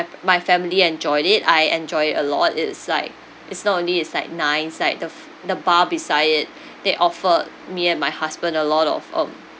my family enjoyed it I enjoyed it a lot it's like it's not only it's like nice like the f~ the bar beside it they offered me and my husband a lot of um